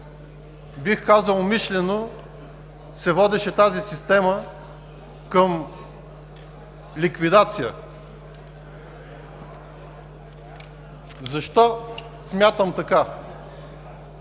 бих казал умишлено се водеше към ликвидация. Защо смятам така?